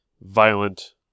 violent